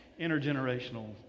intergenerational